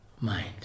mind